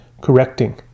correcting